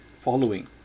following